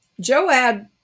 Joab